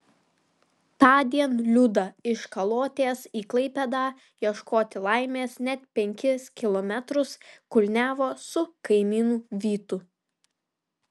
tądien liuda iš kalotės į klaipėdą ieškoti laimės net penkis kilometrus kulniavo su kaimynu vytu